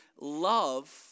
love